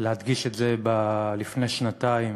להדגיש את זה לפני שנתיים